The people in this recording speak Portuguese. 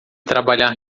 trabalhar